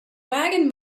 wagon